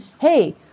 hey